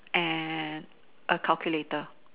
and a calculator